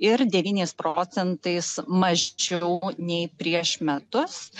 ir devyniais procentais mažiau nei prieš metus